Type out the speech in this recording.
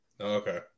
Okay